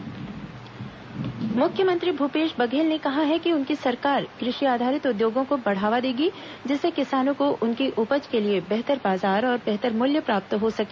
मुख्यमंत्री दौरा मुख्यमंत्री भूपेश बघेल ने कहा है कि उनकी सरकार कृषि आ धारित उद्योगों को बढ़ावा देगी जिससे किसानों को उनकी उपज के लिए बेहतर बाजार और बेहतर मुल्य प्राप्त हो सके